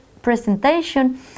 presentation